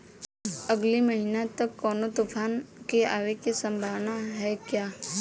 अगले महीना तक कौनो तूफान के आवे के संभावाना है क्या?